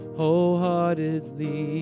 wholeheartedly